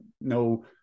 no